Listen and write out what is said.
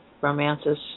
romances